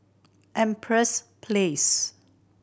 Empress Place